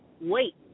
wait